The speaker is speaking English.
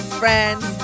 friends